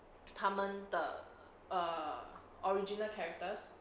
他们的 err the original characters